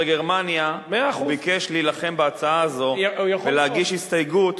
מהמבורג בגרמניה ביקש להילחם בהצעה הזו ולהגיש הסתייגות.